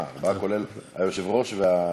אה, ארבעה, כולל היושב-ראש והדובר.